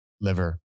liver